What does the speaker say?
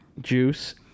juice